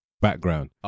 background